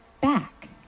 back